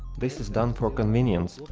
this is done for convenience,